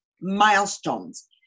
milestones